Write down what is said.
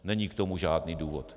Není k tomu žádný důvod.